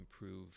improve